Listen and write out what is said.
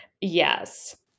yes